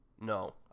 no